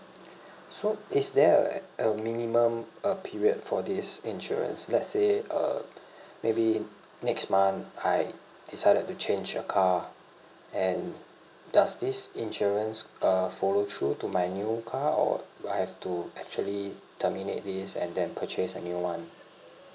so is there a a minimum uh period for this insurance let's say uh maybe next month I decided to change the car and does this insurance err follow through to my new car or I have to actually terminate this and then purchase a new one